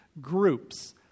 groups